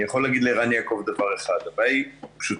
אני יכול להגיד לערן יעקב דבר אחד: הבעיה פשוטה,